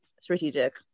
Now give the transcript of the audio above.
strategic